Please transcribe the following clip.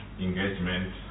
engagement